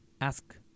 ask